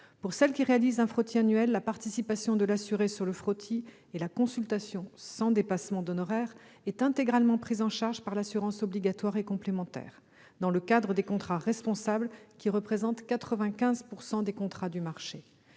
assurées qui réalisent un frottis annuel, le frottis et la consultation, sans dépassements d'honoraires, sont intégralement pris en charge par l'assurance obligatoire et complémentaire dans le cadre des contrats responsables, lesquels représentent 95 % des contrats du marché.